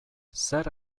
zer